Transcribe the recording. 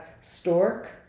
stork